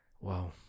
Wow